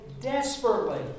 desperately